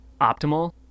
optimal